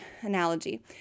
analogy